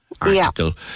article